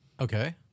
Okay